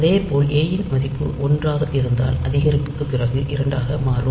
அதேப்போல் ஏ யின் மதிப்பு 1 ஆக இருந்தால் அதிகரிப்புக்குப் பிறகு 2 ஆக மாறும்